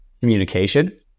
communication